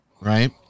Right